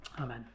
Amen